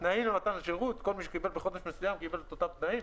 התנאים למתן השירות כל מי שקיבל בחודש מסוים קיבל את אותם תנאים,